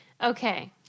Okay